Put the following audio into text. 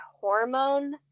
hormone